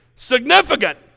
Significant